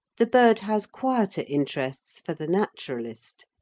the bird has quieter interests for the naturalist,